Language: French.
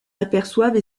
aperçoivent